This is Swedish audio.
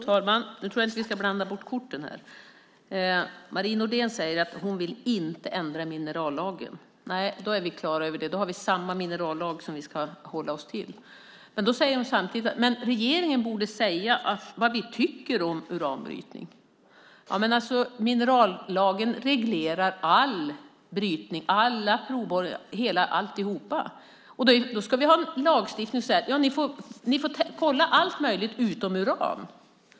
Fru talman! Jag tror inte att vi ska blanda bort korten här. Marie Nordén säger att hon inte vill ändra minerallagen. Då är vi klara över det. Då har vi samma minerallag som vi ska hålla oss till. Men samtidigt säger hon att regeringen borde säga vad den tycker om uranbrytning. Minerallagen reglerar all brytning, alla provborrningar och alltihop. Då ska vi ha en lagstiftning som säger att man får kolla allt möjligt utom uran.